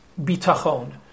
bitachon